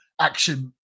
action